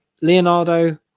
Leonardo